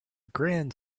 grand